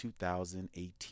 2018